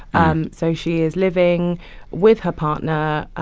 and so she is living with her partner,